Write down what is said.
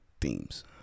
themes